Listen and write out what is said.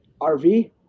RV